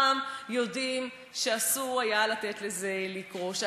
בתוך-תוכם יודעים שאסור היה לתת לזה לקרות,